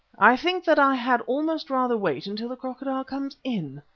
i think that i had almost rather wait until the crocodile comes in.